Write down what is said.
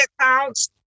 accounts